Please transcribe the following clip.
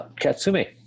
Katsumi